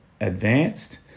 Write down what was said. advanced